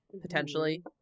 potentially